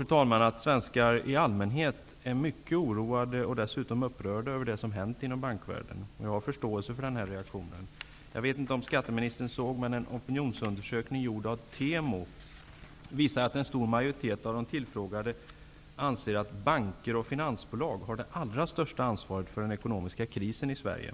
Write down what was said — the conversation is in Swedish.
Jag tror att svenskar i allmänhet är mycket oroade och upprörda över det som har hänt inom bankvärlden. Den reaktionen har jag förståelse för. Jag vet inte om skatteministern har sett att en opinionsundersökning gjord av Temo visar att en stor majoritet av de tillfrågade anser att banker och finansbolag har det allra största ansvaret för den ekonomiska krisen i Sverige.